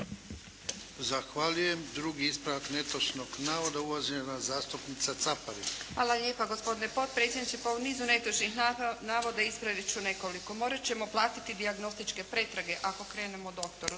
Zahvaljujem. Drugi ispravak netočnog navoda uvažena zastupnica Caparin. **Caparin, Karmela (HDZ)** Hvala lijepa gospodine potpredsjedniče. Pa u nizu netočnih navoda ispravit ću nekoliko. Morat ćemo platiti dijagnostičke pretrage ako krenemo doktoru.